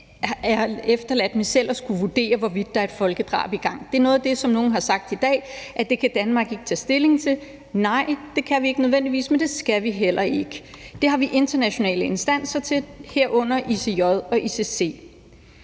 forhold til selv at skulle vurdere, hvorvidt der er et folkedrab i gang. Det er noget af det, som nogen har sagt i dag, nemlig at det kan Danmark ikke tage stilling til. Nej, det kan vi ikke nødvendigvis, men det skal vi heller ikke. Det har vi internationale instanser til at gøre, herunder ICJ og ICC.